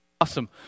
Awesome